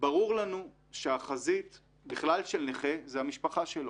ברור לנו שהחזית בכלל של נכה זה המשפחה שלו,